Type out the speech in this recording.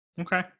Okay